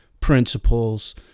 principles